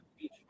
beach